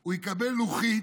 הוא יקבל לוחית,